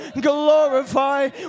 Glorify